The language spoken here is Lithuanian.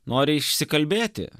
nori išsikalbėti